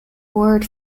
word